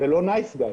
זה לא "נייס גאי",